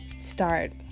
start